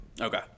Okay